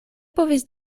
povis